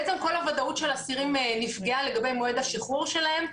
בעצם כל הוודאות של אסירים נפגעה לגבי מועד השחרור שלהם.